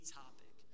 topic